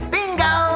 Bingo